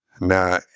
Now